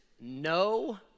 no